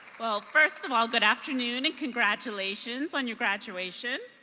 well first of all good afternoon and congratulations on your graduation.